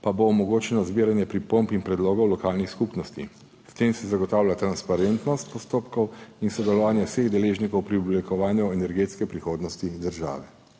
pa bo omogočeno zbiranje pripomb in predlogov lokalnih skupnosti. S tem se zagotavlja transparentnost postopkov in sodelovanje vseh deležnikov pri oblikovanju energetske prihodnosti države.